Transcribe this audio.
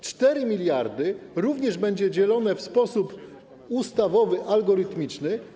4 mld również będzie dzielone w sposób ustawowy, algorytmiczny.